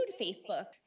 Facebook